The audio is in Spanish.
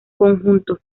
conjunto